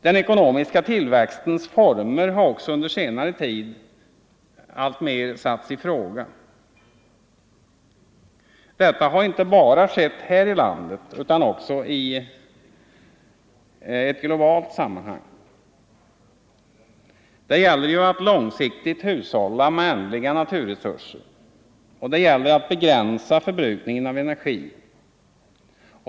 Den ekonomiska tillväxtens former har också under senare tid alltmer satts i fråga. Detta har inte bara skett här i landet utan också i ett globalt sammanhang. Det gäller ju att långsiktigt hushålla med ändliga naturresurser, och det gäller att begränsa förbrukningen av energi.